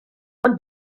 ond